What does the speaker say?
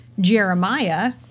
jeremiah